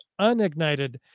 unignited